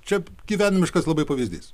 čia gyvenimiškas labai pavyzdys